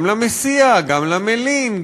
גם למסיע, גם למלין,